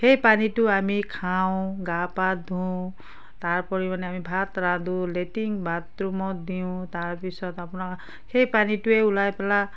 সেই পানীটো আমি খাওঁ গা পা ধোওঁ তাৰ উপৰি আমি মানে ভাত ৰান্ধোঁ লেট্ৰিং বাথৰূমত দিওঁ তাৰ পিছত আপোনাৰ সেই পানীটোৱেই ওলাই পেলাই